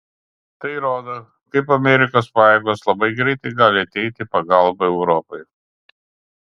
tai rodo kaip amerikos pajėgos labai greitai gali ateiti į pagalbą europai